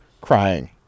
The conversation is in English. crying